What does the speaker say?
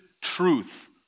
Truth